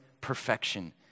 perfection